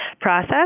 process